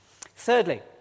Thirdly